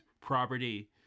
property